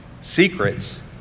secrets